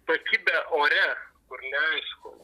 pakibę ore kur neaišku